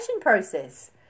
process